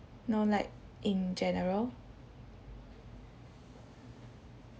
no like in general